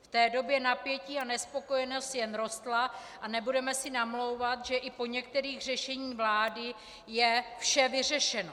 V té době napětí a nespokojenost jen rostly a nebudeme si namlouvat, že i po některých řešeních vlády je vše vyřešeno.